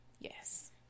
Yes